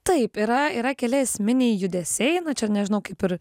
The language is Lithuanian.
taip yra yra keli esminiai judesiai na čia nežinau kaip ir